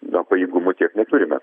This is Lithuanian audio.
na pajėgumų tiek neturime